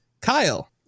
Kyle